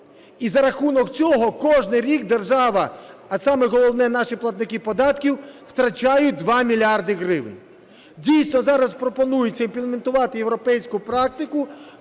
І за рахунок цього кожного року держава, а саме головне наші платники податків, втрачають 2 мільярди гривень. Дійсно, зараз пропонується імплементувати європейську практику,